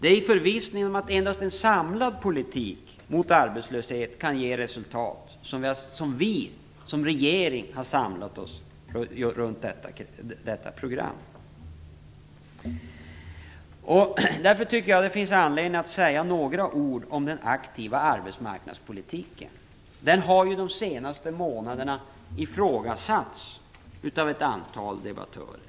Det är i förvissningen om att endast en samlad politik mot arbetslösheten kan ge resultat som regeringen har samlats kring detta program. Därför tycker jag att det finns anledning att säga några ord om den aktiva arbetsmarknadspolitiken, som under de senaste månaderna har ifrågasatts av ett antal debattörer.